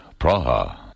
Praha